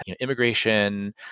immigration